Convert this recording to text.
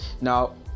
Now